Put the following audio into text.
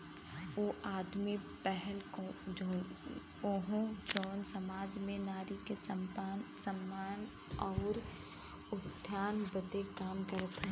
ऊ आदमी क पहल हउवे जौन सामाज में नारी के सम्मान आउर उत्थान बदे काम करत हौ